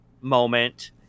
moment